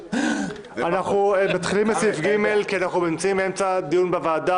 נתחיל בסעיף ג' כי יש דיון בוועדה